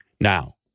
Now